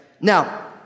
Now